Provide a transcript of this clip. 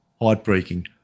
heartbreaking